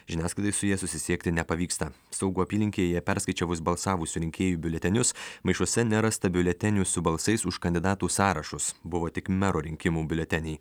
žiniasklaidai su ja susisiekti nepavyksta saugų apylinkėje perskaičiavus balsavusių rinkėjų biuletenius maišuose nerasta biuletenių su balsais už kandidatų sąrašus buvo tik mero rinkimų biuleteniai